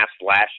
last